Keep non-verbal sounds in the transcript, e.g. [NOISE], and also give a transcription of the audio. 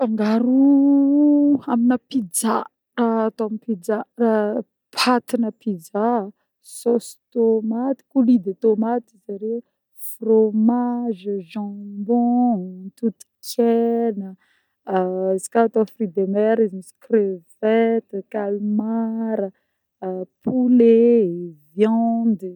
Fangaro-o-o amina pizza [HESITATION] atô amin'ny pizza a-patina pizza: sôsy tômaty couli de tomate ozy zareo, frômazy, jambon, totokena, [HESITATION] izy koà atô fruits de mer izy misy crevette, calmar, [HESITATION] poulet, viande.